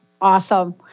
Awesome